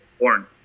born